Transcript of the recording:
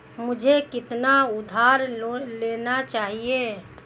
मुझे कितना उधार लेना चाहिए?